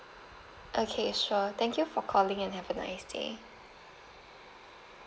okay sure thank you for calling and have a nice day